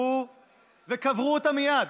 לקחו וקברו אותה מייד,